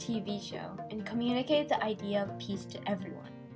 v show and communicate the idea of peace to everyone